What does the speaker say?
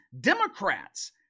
Democrats